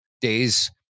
days